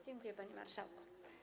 Dziękuję, panie marszałku.